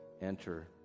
enter